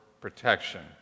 protection